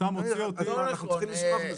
אנחנו צריכים לשמוח בזה.